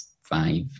five